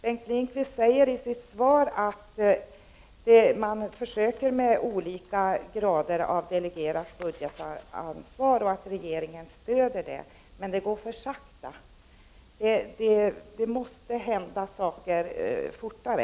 Bengt Lindqvist säger i sitt svar att man försöker med olika grader av delegerat budgetansvar och att regeringen stöder detta. Men det arbetet går för sakta! Det måste hända saker fortare.